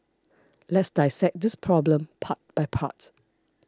let's dissect this problem part by part